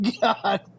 God